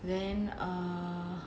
then err